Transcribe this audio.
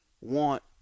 want